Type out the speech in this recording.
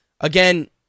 again